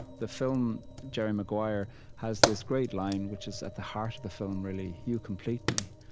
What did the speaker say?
the film jerry maguire has this great line which is at the heart of the film, really, you complete me.